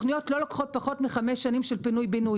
תוכניות לא לוקחות חמש שנים של פינוי-בינוי.